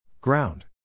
Ground